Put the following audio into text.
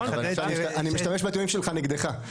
אני משתמש בטיעונים שלך נגדך.